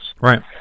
Right